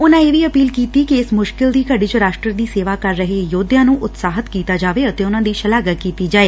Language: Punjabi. ਉਨਾਂ ਇਹ ਵੀ ਅਪੀਲ ਕੀਤੀ ਕਿ ਇਸ ਮੁਸ਼ਕਿਲ ਦੀ ਘੜੀ ਚ ਰਾਸ਼ਟਰ ਦੀ ਸੇਵਾ ਕਰ ਰਹੇ ਯੋਧਿਆਂ ਨੂੰ ਉਤਸ਼ਾਹਿਤ ਕੀਤਾ ਜਾਏ ਅਤੇ ਉਨਾਂ ਦੀ ਸ਼ਲਾਘਾ ਕੀਤੀ ਜਾਏ